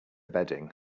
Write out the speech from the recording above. bedding